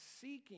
seeking